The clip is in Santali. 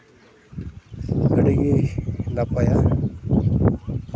ᱟᱹᱰᱤᱜᱮ ᱱᱟᱯᱟᱭᱟ